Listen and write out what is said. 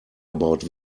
about